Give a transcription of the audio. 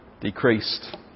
decreased